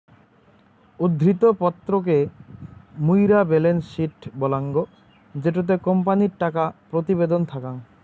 উদ্ধৃত্ত পত্র কে মুইরা বেলেন্স শিট বলাঙ্গ জেটোতে কোম্পানির টাকা প্রতিবেদন থাকাং